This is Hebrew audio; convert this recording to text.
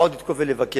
לפחות לתקוף ולבקר.